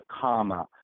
comma